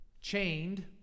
chained